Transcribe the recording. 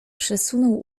przesunął